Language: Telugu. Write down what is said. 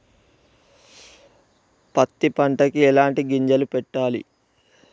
పత్తి పంటకి ఎలాంటి గింజలు పెట్టాలి?